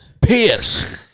Piss